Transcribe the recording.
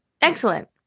excellent